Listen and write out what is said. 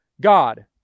God